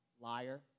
Liar